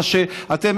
אתם,